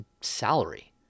salary